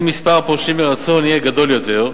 ואם מספר הפורשים מרצון יהיה גדול יותר,